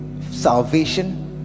salvation